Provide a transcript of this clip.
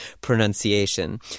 pronunciation